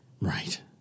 Right